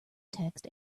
text